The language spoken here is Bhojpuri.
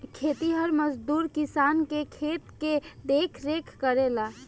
खेतिहर मजदूर किसान के खेत के देखरेख करेला